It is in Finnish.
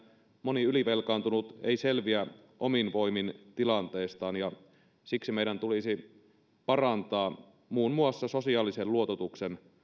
moni ylivelkaantunut ei selviä omin voimin tilanteestaan ja siksi meidän tulisi parantaa muun muassa sosiaalisen luototuksen